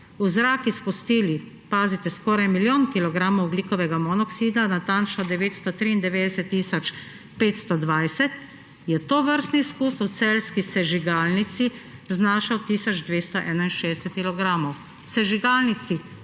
v zrak izpustili – pazite – skoraj milijon kilogramov ogljikovega monoksida, natančno 993 tisoč 520, je tovrstni izpust v celjski sežigalnici znašal tisoč 261 kilogramov